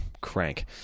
Crank